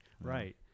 right